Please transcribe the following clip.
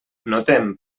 notem